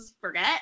forget